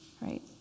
right